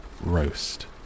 roast